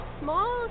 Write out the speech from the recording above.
small